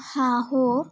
हा हो